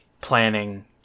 planning